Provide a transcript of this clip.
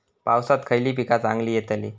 पावसात खयली पीका चांगली येतली?